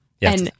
Yes